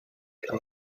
kann